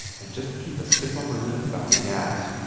and just keep a stiff upper lip about the gas,